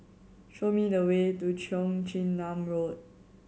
show me the way to Cheong Chin Nam Road